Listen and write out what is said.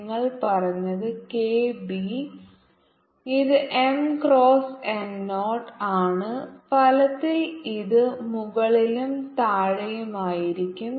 നിങ്ങൾ പറഞ്ഞത് K B ഇത് M ക്രോസ് n 0 ആണ് ഫലത്തിൽ ഇത് മുകളിലും താഴെയുമായിരിക്കും